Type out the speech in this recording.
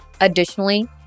Additionally